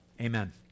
Amen